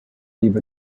leave